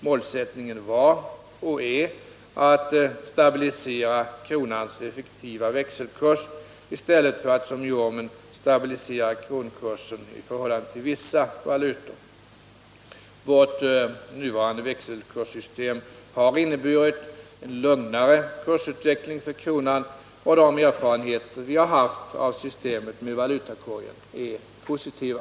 Målsättningen var, och är, att stabilisera kronans effektiva växelkurs — i stället för att som i ormen stabilisera kronkursen i förhållande till vissa valutor. Vårt nuvarande växelkurssystem har inneburit en lugnare kursutveckling för kronan, och de erfarenheter vi har haft av systemet med valutakorgen är positiva.